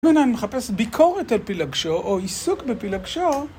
למה אני מחפש ביקורת על פילגשו או עיסוק בפילגשו?